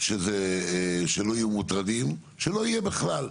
שלא יהיו מוטרדים, שלא יהיה בכלל.